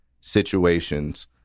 situations